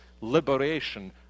liberation